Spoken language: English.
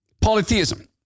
polytheism